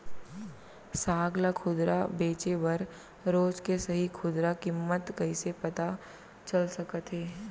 साग ला खुदरा बेचे बर रोज के सही खुदरा किम्मत कइसे पता चल सकत हे?